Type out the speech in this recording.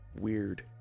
weird